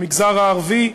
במגזר הערבי,